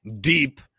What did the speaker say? deep